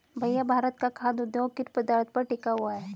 भैया भारत का खाघ उद्योग किन पदार्थ पर टिका हुआ है?